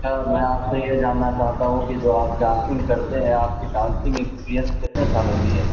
سر میں آپ سے یہ جاننا چاہتا ہوں کہ جو آپ ڈانسنگ کرتے ہیں آپ کی ڈانسنگ ایکسپریئنس کتنے سال ہوگی ہے